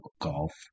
golf